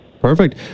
perfect